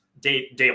daily